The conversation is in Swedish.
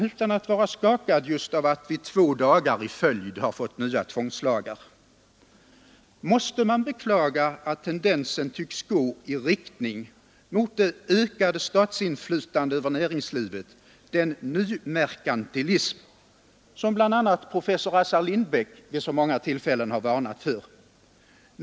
Utan att vara skakad just av att vi två dagar i följd fått nya tvångslagar måste man beklaga att tendensen tycks gå i riktning mot det ökade statsinflytande över näringslivet, den nymerkantilism, som bl.a. professor Assar Lindbeck vid så många tillfällen har varnat för.